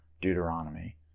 Deuteronomy